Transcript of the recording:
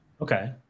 Okay